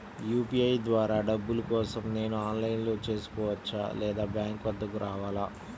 UPI ద్వారా డబ్బులు కోసం నేను ఆన్లైన్లో చేసుకోవచ్చా? లేదా బ్యాంక్ వద్దకు రావాలా?